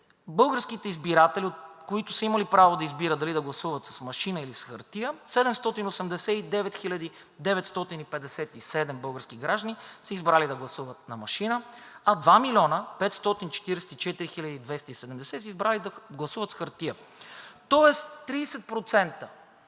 българските избиратели, които са имали право да избират дали да гласуват с машина, или с хартия, 789 957 български граждани са избрали да гласуват на машина, а 2 млн. 544 хил. 270 са избрали да гласуват с хартия. Тоест 30%